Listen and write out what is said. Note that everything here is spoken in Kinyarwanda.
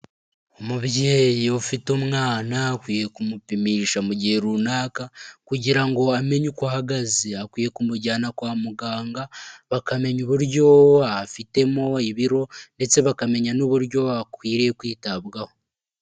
Umubyeyi ufite umwana akwiye kumupimisha mu gihe runaka, kugira ngo amenye uko ahagaze, akwiye kumujyana kwa muganga, bakamenya uburyo afitemo ibiro ndetse bakamenya n'uburyo akwiriye kwitabwaho.